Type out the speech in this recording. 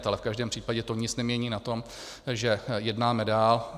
Ale v každém případě to nic nemění na tom, že jednáme dál.